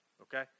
okay